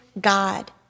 God